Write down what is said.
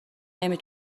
نمی